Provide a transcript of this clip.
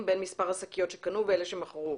בין מספר השקיות שקנו ואלה שמכרו.